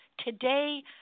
Today